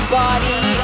body